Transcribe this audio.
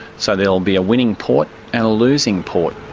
so there'll be a winning port and a losing port.